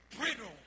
brittle